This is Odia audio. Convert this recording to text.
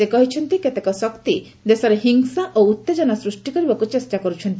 ସେ କହିଛନ୍ତି କିଛି ଶକ୍ତି ଦେଶରେ ହିଂସା ଓ ଉତ୍ତେଜନା ସୃଷ୍ଟି କରିବାକୁ ଚେଷ୍ଟା କରୁଛନ୍ତି